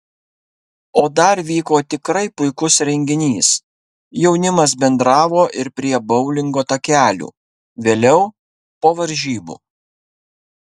o dar vyko tikrai puikus renginys jaunimas bendravo ir prie boulingo takelių vėliau po varžybų